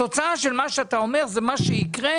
התוצאה של מה שאתה אומר, זה מה שיקרה